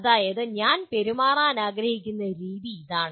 അതായത് ഞാൻ പെരുമാറാൻ ആഗ്രഹിക്കുന്ന രീതി ഇതാണ്